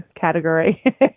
category